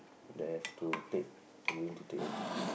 that I have to take for you to take everything